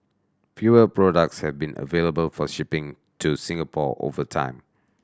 fewer products have been available for shipping to Singapore over time